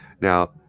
Now